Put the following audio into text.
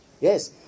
Yes